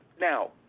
Now